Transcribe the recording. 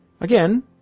Again